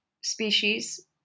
species